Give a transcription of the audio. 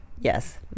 yes